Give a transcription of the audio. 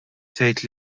tgħid